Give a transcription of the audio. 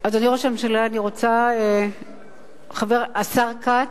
אדוני ראש הממשלה, השר כץ,